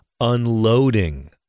unloading